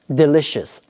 delicious